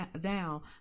down